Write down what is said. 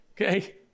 okay